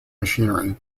machinery